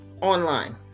online